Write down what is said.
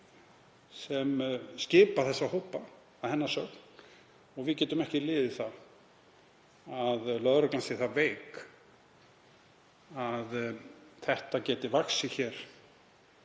sem skipa þessa hópa, að hennar sögn, og við getum ekki liðið að lögreglan sé það veik að þetta geti vaxið hér